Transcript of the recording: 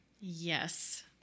Yes